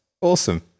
Awesome